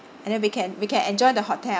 and then we can we can enjoy the hotel